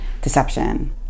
deception